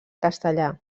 castellà